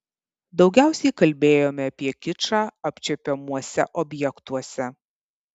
daugiausiai kalbėjome apie kičą apčiuopiamuose objektuose